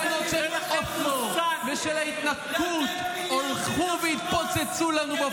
אדוני, ההתנתקות היא לא רעיון שלנו.